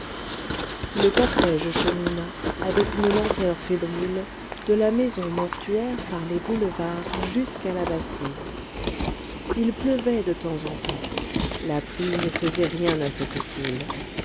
le cortège chemina avec une lenteur fébrile de la maison mortuaire par les boulevards jusqu'à la bastille il pleuvait de temps en temps la pluie ne faisait rien à cette foule